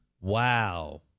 Wow